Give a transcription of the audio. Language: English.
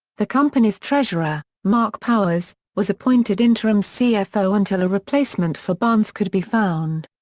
the company's treasurer, mark powers, was appointed interim cfo until a replacement for barnes could be found.